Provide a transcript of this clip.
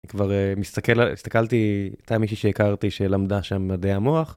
כבר מסתכל... הסתכלתי הייתה מישהי שהכרתי שלמדה שם מדעי המוח.